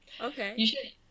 Okay